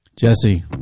Jesse